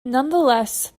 nonetheless